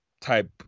type